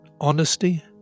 honesty